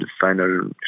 final